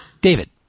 David